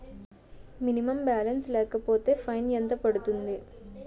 Minimum balance లేకపోతే fine ఎంత పడుతుంది?